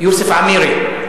יוסף עמירה,